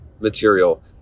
material